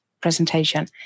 presentation